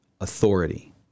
Authority